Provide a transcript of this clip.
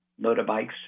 motorbikes